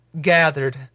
gathered